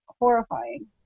horrifying